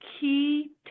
key